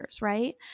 right